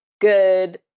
good